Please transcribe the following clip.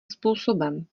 způsobem